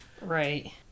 Right